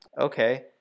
okay